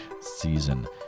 season